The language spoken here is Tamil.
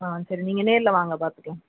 ஆ சரி நீங்கள் நேரில் வாங்க பார்த்துக்குலாம்